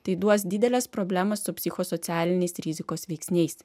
tai duos dideles problemas su psichosocialiniais rizikos veiksniais